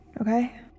okay